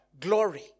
glory